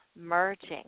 merging